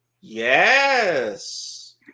Yes